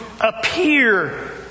appear